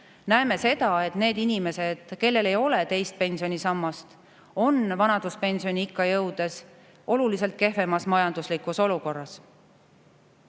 Näeme seda, et need inimesed, kellel ei ole teist pensionisammast, on vanaduspensioniikka jõudes oluliselt kehvemas majanduslikus olukorras.